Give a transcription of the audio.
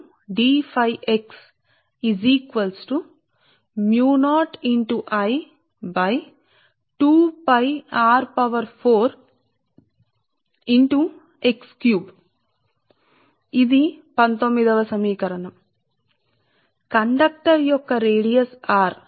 కాబట్టి dФx D Phi x dФx మీకు సమానం 0 R కి ప్రత్యామ్నాయం ఉందని మీరు చూస్తారు అప్పుడు మీరు d x ను సమానం చేస్తారు దీనికి సమీకరణ సంఖ్య 19సరే